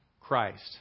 Christ